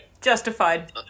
Justified